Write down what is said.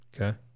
Okay